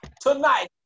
Tonight